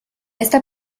esta